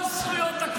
כל זכויות האדם,